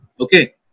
okay